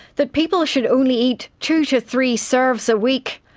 that people should only eat two to three serves a week.